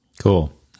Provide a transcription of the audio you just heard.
Cool